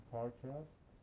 podcast